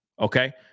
okay